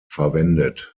verwendet